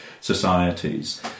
societies